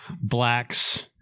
blacks